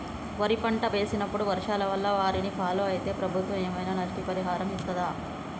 వరి పంట వేసినప్పుడు వర్షాల వల్ల వారిని ఫాలో అయితే ప్రభుత్వం ఏమైనా నష్టపరిహారం ఇస్తదా?